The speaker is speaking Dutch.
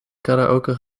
karaoke